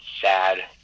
sad